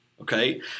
Okay